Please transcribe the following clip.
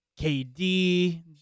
KD